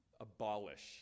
abolish